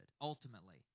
ultimately